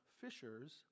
fishers